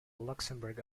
luxemburg